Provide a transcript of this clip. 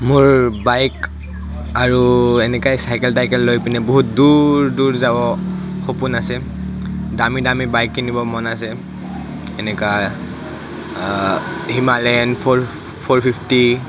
মোৰ বাইক আৰু এনেকুৱা চাইকেল তাইকেল লৈ পিনে বহুত দূৰ দূৰ যাব সপোন আছে দামী দামী বাইক কিনিব মন আছে এনেকুৱা হিমালয়ান ফ'ৰ ফ'ৰ ফিফটি